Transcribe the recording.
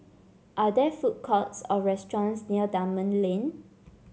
are there food courts or restaurants near Dunman Lane